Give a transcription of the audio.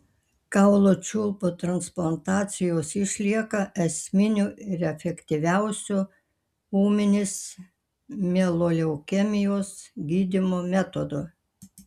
kaulų čiulpų transplantacijos išlieka esminiu ir efektyviausiu ūminės mieloleukemijos gydymo metodu